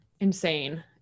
insane